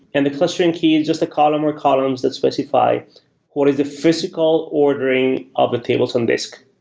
and the clustering key is just a column or columns that specify what is the physical ordering of a tables on disk.